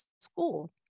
school